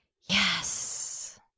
yes